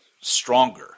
stronger